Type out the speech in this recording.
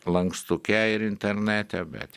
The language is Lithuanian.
lankstuke ir internete bet